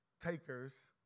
takers